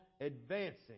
advancing